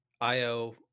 IO